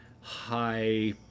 High